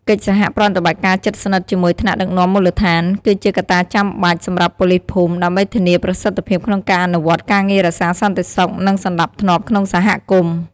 កិច្ចសហប្រតិបត្តិការជិតស្និទ្ធជាមួយថ្នាក់ដឹកនាំមូលដ្ឋាន គឺជាកត្តាចាំបាច់ សម្រាប់ប៉ូលីសភូមិ ដើម្បីធានាប្រសិទ្ធភាពក្នុងការអនុវត្តការងាររក្សាសន្តិសុខ និងសណ្ដាប់ធ្នាប់ក្នុងសហគមន៍។